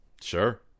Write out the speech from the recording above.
sure